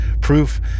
proof